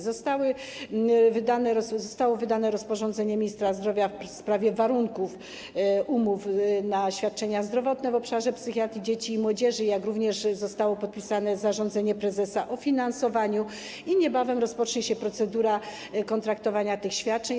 Zostało wydane rozporządzenie ministra zdrowia w sprawie warunków umów na świadczenia zdrowotne w obszarze psychiatrii dzieci i młodzieży, jak również zostało podpisane zarządzenie prezesa o finansowaniu i niebawem rozpocznie się procedura kontraktowania tych świadczeń.